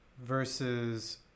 versus